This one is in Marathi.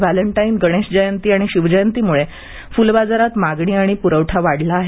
व्हॅलेंटाईन गणेश जयंती आणि शिवजयंतीमुळे फुल बाजारात मागणी आणि पुरवठा वाढला आहे